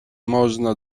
można